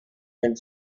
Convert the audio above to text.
and